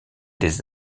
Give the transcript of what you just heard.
des